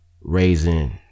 raising